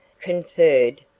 conferred